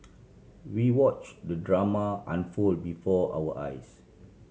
we watch the drama unfold before our eyes